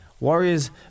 Warriors